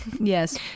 yes